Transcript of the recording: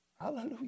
hallelujah